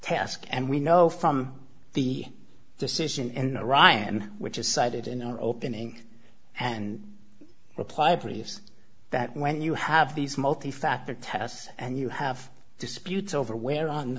task and we know from the decision in ryan which is cited in our opening and reply briefs that when you have these multi factor tests and you have disputes over where on